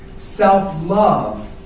Self-love